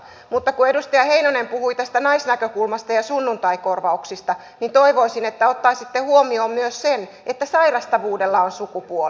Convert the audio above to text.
mutta kun edustaja heinonen puhui tästä naisnäkökulmasta ja sunnuntaikorvauksista niin toivoisin että ottaisitte huomioon myös sen että sairastavuudella on sukupuoli